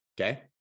okay